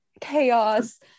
chaos